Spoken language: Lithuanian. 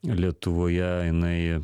lietuvoje jinai